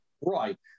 Right